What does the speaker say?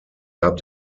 gab